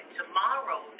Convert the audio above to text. tomorrow